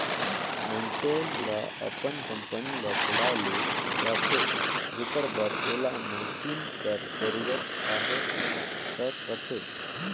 मइनसे ल अपन कंपनी ल चलाए ले रहथे जेकर बर ओला मसीन कर जरूरत कहे कर रहथे